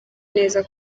neza